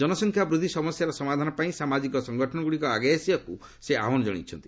ଜନସଂଖ୍ୟା ବୃଦ୍ଧି ସମସ୍ୟାର ସମାଧାନ ପାଇଁ ସାମାଜିକ ସଙ୍ଗଠନଗୁଡ଼ିକ ଆଗେଇ ଆସିବାକୁ ସେ ଆହ୍ୱାନ କଣାଇଛନ୍ତି